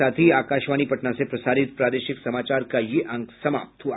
इसके साथ ही आकाशवाणी पटना से प्रसारित प्रादेशिक समाचार का ये अंक समाप्त हुआ